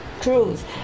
cruise